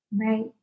Right